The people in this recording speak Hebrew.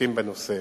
שעוסקים בנושא.